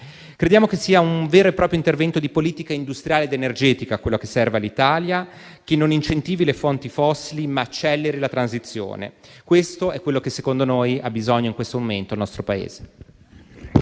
Crediamo che sia un vero e proprio intervento di politica industriale ed energetica quello che serve all'Italia, che non incentivi le fonti fossili, ma acceleri la transizione. Questo è quello di cui - secondo noi - ha bisogno in questo momento il nostro Paese.